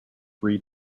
free